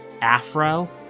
afro